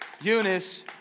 Eunice